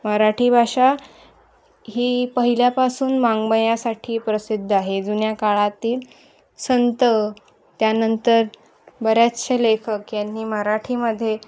मराठी भाषा ही पहिल्यापासून वाङ्मयासाठी प्रसिद्ध आहे जुन्या काळातील संत त्यानंतर बरेचसे लेखक यांनी मराठीमध्ये